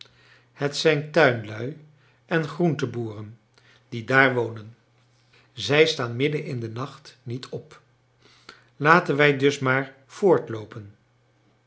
het zijn tuinlui en groenteboeren die daar wonen zij staan midden in den nacht niet op laten wij dus maar voortloopen